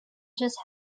just